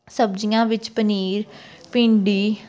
ਸਬਜ਼ੀਆਂ ਵਿੱਚ ਪਨੀਰ ਭਿੰਡੀ